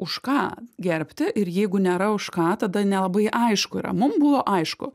už ką gerbti ir jeigu nėra už ką tada nelabai aišku yra mum buvo aišku